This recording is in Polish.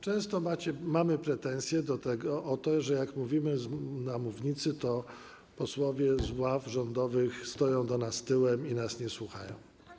Często mamy pretensje o to, że jak mówimy na mównicy, to posłowie z ław rządowych stoją do nas tyłem i nas nie słuchają.